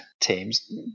teams